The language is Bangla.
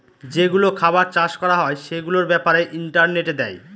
যেগুলো খাবার চাষ করা হয় সেগুলোর ব্যাপারে ইন্টারনেটে দেয়